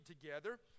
together